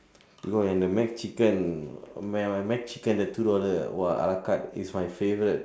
bro and the McChicken the McChicken the two dollar !wah! ala-carte is my favourite